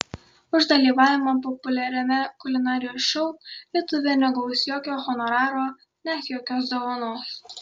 už dalyvavimą populiariame kulinarijos šou lietuvė negaus jokio honoraro net jokios dovanos